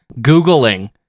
googling